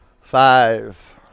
Five